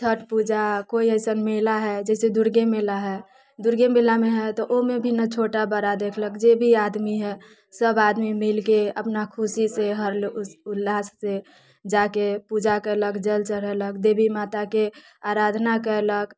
छठि पूजा कोइ असन मेला है जइसे दुर्गे मेला है दुर्गे मेलामे है तऽ ओहिमे भी ने छोटा बड़ा देखलक जे भी आदमी है सभ आदमी मिलके अपना खुशी से हर्षोल्लास से जाके पूजा कयलक जल चढ़ैलक देवी माताके आराधना कयलक